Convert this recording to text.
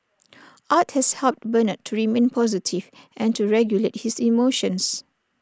art has helped Bernard to remain positive and to regulate his emotions